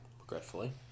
Regretfully